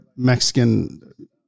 Mexican